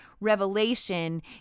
revelation